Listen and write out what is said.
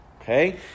Okay